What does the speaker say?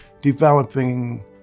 developing